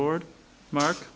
board mark